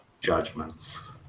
judgments